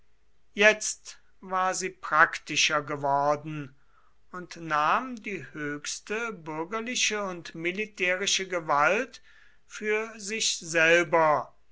jetzt war sie praktischer geworden und nahm die höchste bürgerliche und militärische gewalt für sich selber